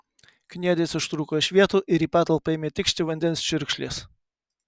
kniedės ištrūko iš vietų ir į patalpą ėmė tikšti vandens čiurkšlės